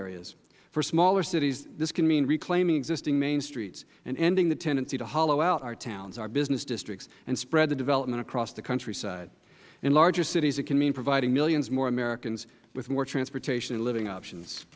areas for smaller cities this can mean reclaiming existing main streets and ending the tendency to hollow out our towns our business districts and spread the development across the countryside in larger cities it can mean providing millions more americans with more transportation and living options